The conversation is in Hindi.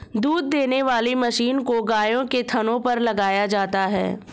दूध देने वाली मशीन को गायों के थनों पर लगाया जाता है